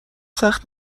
سخت